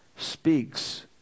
speaks